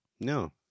No